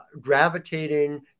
gravitating